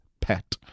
pet